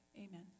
amen